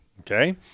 Okay